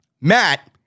Matt